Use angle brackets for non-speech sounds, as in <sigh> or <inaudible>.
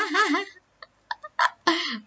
<laughs>